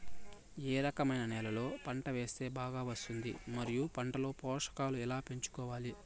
ఏ రకమైన నేలలో పంట వేస్తే బాగా వస్తుంది? మరియు పంట లో పోషకాలు ఎలా పెంచుకోవాలి?